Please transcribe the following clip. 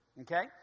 Okay